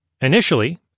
Initially